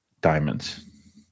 diamonds